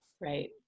right